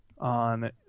on